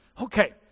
Okay